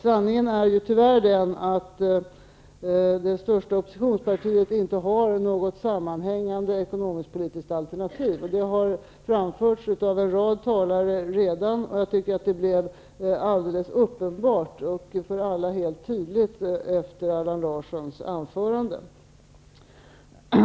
Sanningen är ju tyvärr den att det största oppositionspartiet inte har något sammanhängande ekonomisk-politiskt alternativ. Det har framförts av en rad talare redan, och jag tycker att det blev alldeles uppenbart och för alla helt tydligt efter Allan Larssons anförande.